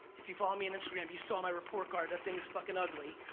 if you follow me on instagram, you saw my report card, that thing is fucking ugly.